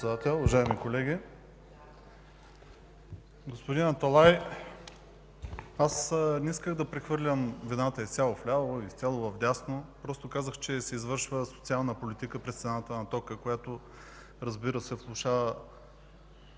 бе, господин Аталай,